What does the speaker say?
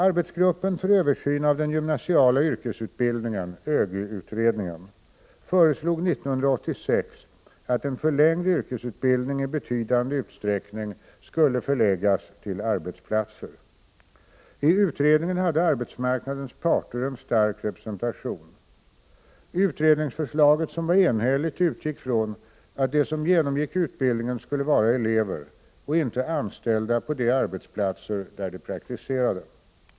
Arbetsgruppen för översyn av den gymnasiala yrkesutbildningen föreslog 1986 att en förlängd yrkesutbildning i betydande utsträckning skulle förläggas till arbetsplatser. I utredningen hade arbetsmarknadens parter en stark representation. Utredningsförslaget, som var enhälligt, utgick från att de som genomgick utbildningen skulle vara elever och inte anställda på de arbetsplatser där de praktiserade.